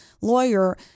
lawyer